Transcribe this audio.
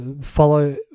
follow